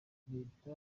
reta